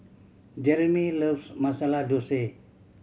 Jereme loves Masala Dosa